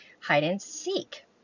hide-and-seek